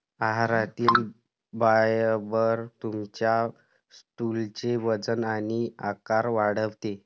आहारातील फायबर तुमच्या स्टूलचे वजन आणि आकार वाढवते